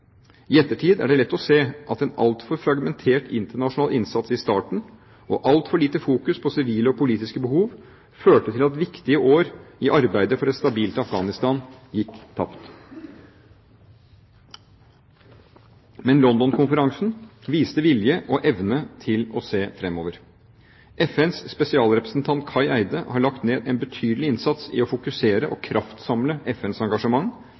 I ettertid er det lett å se at en altfor fragmentert internasjonal innsats i starten, og altfor lite fokus på sivile og politiske behov, førte til at viktige år i arbeidet for et stabilt Afghanistan gikk tapt. Men London-konferansen viste vilje og evne til å se fremover. FNs spesialrepresentant Kai Eide har lagt ned en betydelig innsats i å fokusere og kraftsamle FNs engasjement